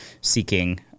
seeking